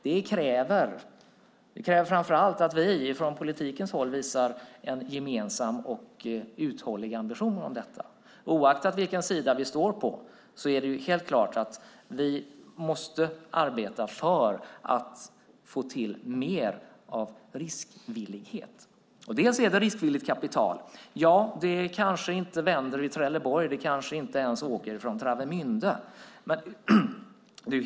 Det krävs framför allt att vi från politikerhåll har en gemensam och uthållig ambition om detta. Oavsett vilken sida vi står på är det helt klart att vi måste arbeta för att få till mer av riskvillighet. Delvis handlar det om riskvilligt kapital. Det kanske inte vänder i Trelleborg, det kanske inte ens åker från Travemünde.